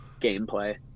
gameplay